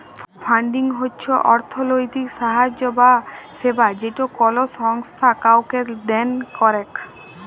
funding হচ্ছ অর্থলৈতিক সাহায্য বা সেবা যেটা কোলো সংস্থা কাওকে দেন করেক